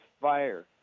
fire